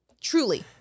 Truly